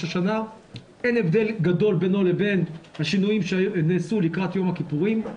אין הבדל גדול בינו לבין השינויים שנעשו לקראת יום הכיפורים.